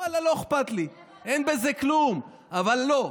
לא אכפת לי, אין בזה כלום, אבל לא.